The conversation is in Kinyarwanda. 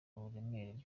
uburemere